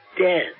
dead